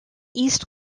east